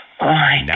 Now